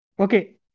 okay